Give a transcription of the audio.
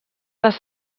les